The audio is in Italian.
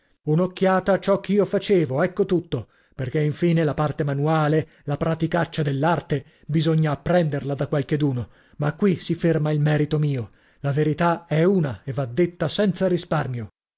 un'occhiata a ciò ch'io facevo ecco tutto perchè infine la parte manuale la praticaccia dell'arte bisogna apprenderla da qualcheduno ma qui si ferma il merito mio la verità è una e va detta senza risparmio